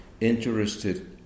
Interested